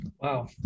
Wow